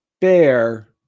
Bear